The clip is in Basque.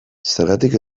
zergatik